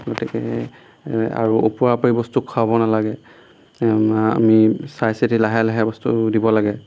গতিকে আৰু ওপৰাওপৰি বস্তু খুৱাব নালাগে আমাৰ আমি চাই চিতি লাহে লাহে বস্তু দিব লাগে